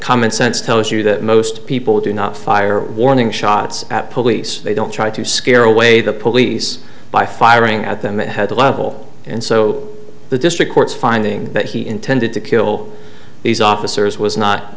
common sense tells you that most people do not fire warning shots at police they don't try to scare away the police by firing at them that had that level and so the district court's finding that he intended to kill these officers was not